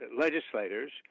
legislators